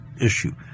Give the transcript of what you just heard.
issue